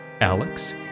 Alex